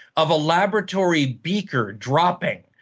of a laboratory beaker dropping.